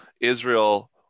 Israel